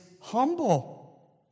humble